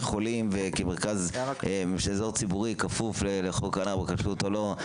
חולים כמרכז של אזור ציבורי כפוף לחוק הונאה בכשרות או לא,